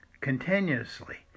continuously